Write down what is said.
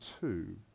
two